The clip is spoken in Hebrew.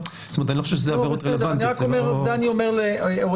זאת אומרת, אני לא חושב שאלה עבירות רלוונטיות.